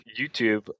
YouTube